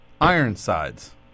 Ironsides